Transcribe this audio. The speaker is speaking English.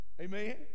Amen